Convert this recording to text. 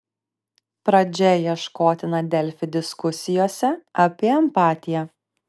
pradžia ieškotina delfi diskusijose apie empatiją